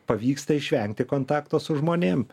pavyksta išvengti kontakto su žmonėm